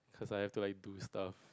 cause I have to like do stuff